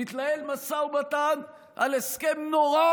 מתנהל משא ומתן על הסכם נורא